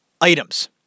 items